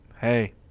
hey